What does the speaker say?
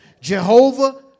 Jehovah